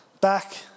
back